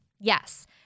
Yes